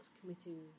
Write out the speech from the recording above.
committing